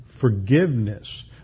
forgiveness